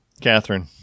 Catherine